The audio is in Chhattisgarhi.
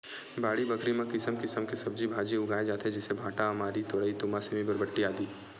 बाड़ी बखरी म किसम किसम के सब्जी भांजी उगाय जाथे जइसे भांटा, अमारी, तोरई, तुमा, सेमी, बरबट्टी, आदि